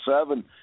seven